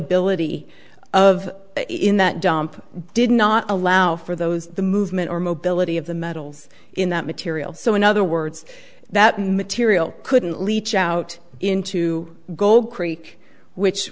solubility of in that dump did not allow for those the movement or mobility of the metals in that material so in other words that material couldn't leach out into gold creek which